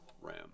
ram